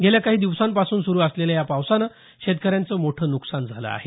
गेल्या काही दिवसांपासून सुरू असलेल्या या पावसामुळे शेतकऱ्यांचं मोठं नुकसान झालं आहे